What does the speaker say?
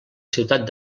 ciutat